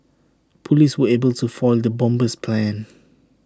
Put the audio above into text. Police were able to foil the bomber's plans